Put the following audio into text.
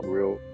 real